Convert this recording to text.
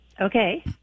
okay